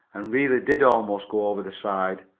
and really did almost go over the side,